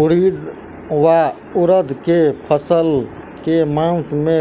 उड़ीद वा उड़द केँ फसल केँ मास मे